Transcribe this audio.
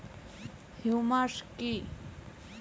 Humus কি?